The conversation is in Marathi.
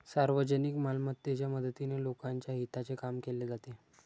सार्वजनिक मालमत्तेच्या मदतीने लोकांच्या हिताचे काम केले जाते